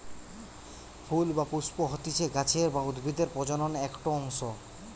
ফুল বা পুস্প হতিছে গাছের বা উদ্ভিদের প্রজনন একটো অংশ